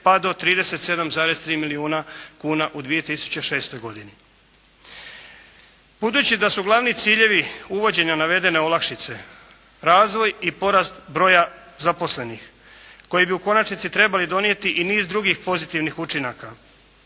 pa do 37,3 milijuna kuna u 2006. godini. Budući da su glavni ciljevi uvođenja navedene olakšice razvoj i porast broja zaposlenih koji bi u konačnici trebali donijeti i niz drugih pozitivnih učinaka,